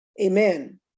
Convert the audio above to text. amen